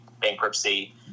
bankruptcy